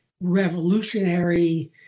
revolutionary